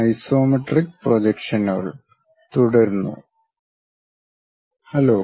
isometric പ്രൊജക്ഷനുകൾ തുടരുന്നു hello